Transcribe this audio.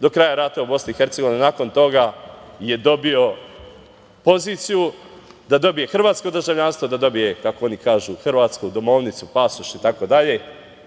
do kraja rata u BiH, poziciju da dobije hrvatsko državljanstvo, da dobije, kako oni kažu, hrvatsku domovnicu, pasoš itd.